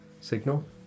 signal